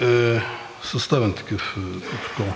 е съставен такъв протокол.